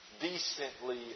decently